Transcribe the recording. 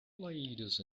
ladies